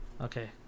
okay